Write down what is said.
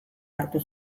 hartu